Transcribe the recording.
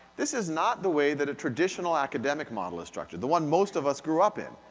this is not the way that a traditional academic model is structured, the one most of us grew up in.